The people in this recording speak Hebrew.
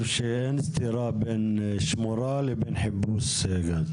שאין סתירה בין שמורה לבין חיפוש גז.